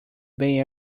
bay